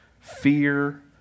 fear